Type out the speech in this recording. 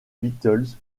beatles